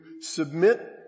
submit